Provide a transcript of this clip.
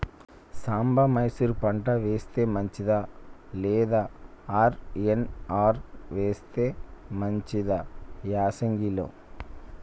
సాంబ మషూరి పంట వేస్తే మంచిదా లేదా ఆర్.ఎన్.ఆర్ వేస్తే మంచిదా యాసంగి లో?